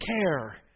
care